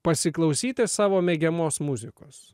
pasiklausyti savo mėgiamos muzikos